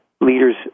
leaders